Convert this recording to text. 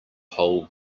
whole